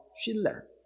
Schiller